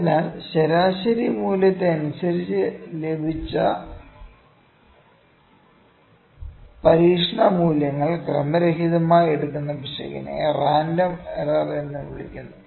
അതിനാൽ ശരാശരി മൂല്യത്തെ അനുസരിച്ച് ലഭിച്ച പരീക്ഷണ മൂല്യങ്ങൾ ക്രമരഹിതമായി എടുക്കുന്ന പിശകിനെ റാൻഡം എറർ എന്ന് വിളിക്കുന്നു